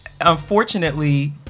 unfortunately